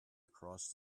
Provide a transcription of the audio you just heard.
across